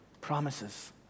promises